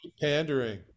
pandering